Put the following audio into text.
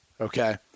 Okay